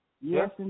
Yes